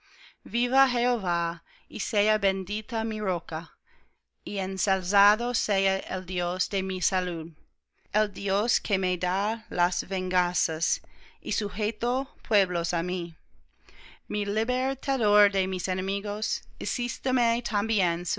viva jehová y sea bendita mi roca y ensalzado sea el dios de mi salud el dios que me da las venganzas y sujetó pueblos á mí mi libertador de mis enemigos hicísteme